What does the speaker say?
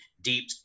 deep